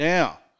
Now